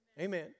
Amen